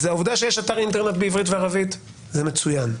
העובדה שיש אתר אינטרנט בעברית וערבית זה מצוין.